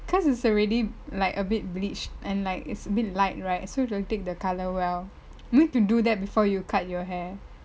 cause it's already like a bit bleached and like it's abit light right so it will take the colour well need to do that before you cut your hair